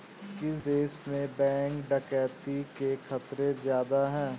किस देश में बैंक डकैती के खतरे ज्यादा हैं?